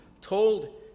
told